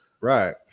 Right